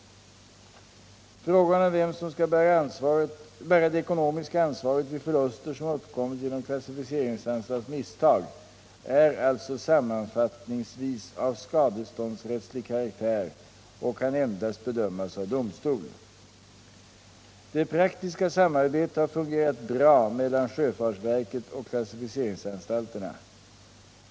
Frågan om vem som skall bära det ekonomiska ansvaret vid förluster som uppkommit genom klassificeringsanstalts misstag är alltså sammanfattningsvis av skadeståndsrättslig karaktär och kan endast bedömas av domstol. Det praktiska samarbetet har fungerat bra mellan sjöfartsverket och klassificeringsanstalterna.